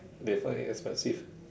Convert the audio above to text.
they find it expensive